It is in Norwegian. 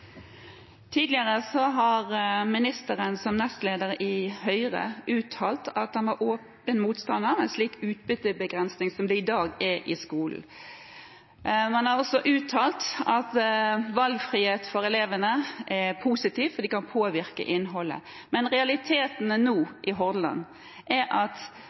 Tidligere har ministeren som nestleder i Høyre uttalt at han er åpen motstander av en slik utbyttebegrensning som det i dag er i skolen. Man har også uttalt at valgfrihet for elevene er positivt, for det kan påvirke innholdet. Men realitetene nå i Hordaland er at